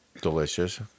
delicious